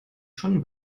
schon